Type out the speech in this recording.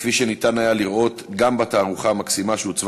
כפי שניתן היה לראות גם בתערוכה המקסימה שהוצבה